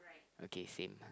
okay same lah